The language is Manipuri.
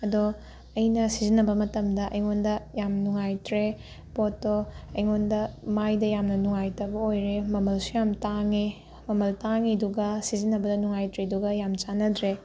ꯑꯗꯣ ꯑꯩꯅ ꯁꯤꯖꯤꯟꯅꯕ ꯃꯇꯝꯗ ꯑꯩꯉꯣꯟꯗ ꯌꯥꯝ ꯅꯨꯡꯉꯥꯏꯇ꯭ꯔꯦ ꯄꯣꯠꯇꯣ ꯑꯩꯉꯣꯟꯗ ꯃꯥꯏꯗ ꯌꯥꯝꯅ ꯅꯨꯡꯉꯥꯏꯇꯕ ꯑꯣꯏꯔꯦ ꯃꯃꯜꯁꯨ ꯌꯥꯝ ꯇꯥꯡꯉꯦ ꯃꯃꯜ ꯇꯥꯡꯏꯗꯨꯒ ꯁꯤꯖꯤꯟꯅꯕꯗ ꯅꯨꯡꯉꯥꯏꯇ꯭ꯔꯤꯗꯨꯒ ꯌꯥꯝ ꯆꯥꯟꯅꯗ꯭ꯔꯦ